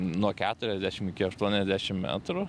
nuo keturiasdešim iki aštuoniasdešim metrų